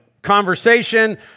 Conversation